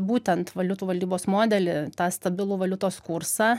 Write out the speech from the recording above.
būtent valiutų valdybos modelį tą stabilų valiutos kursą